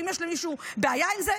ואם יש למישהו בעיה עם זה,